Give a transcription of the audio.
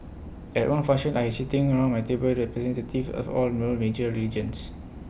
at one function I had sitting around my table representatives of all the world's major religions